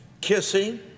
kissing